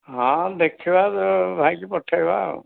ହଁ ଦେଖିବା ଭାଇକୁ ପଠାଇବା